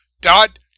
dot